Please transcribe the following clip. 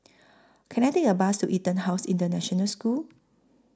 Can I Take A Bus to Etonhouse International School